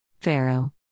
Pharaoh